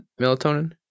melatonin